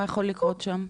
מה יכול לקרות שם?